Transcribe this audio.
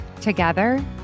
Together